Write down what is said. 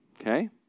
okay